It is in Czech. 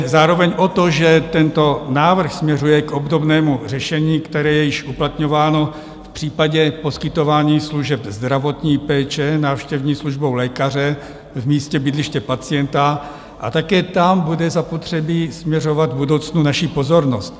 Jde zároveň o to, že tento návrh směřuje k obdobnému řešení, které je již uplatňováno v případě poskytování služeb zdravotní péče návštěvní službou lékaře v místě bydliště pacienta, a také tam bude zapotřebí směřovat v budoucnu naší pozornost.